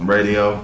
Radio